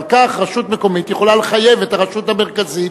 אבל כך רשות מקומית יכולה לחייב את הרשות המרכזית,